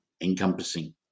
encompassing